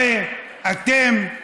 ואתם,